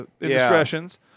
indiscretions